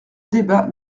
débat